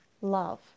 Love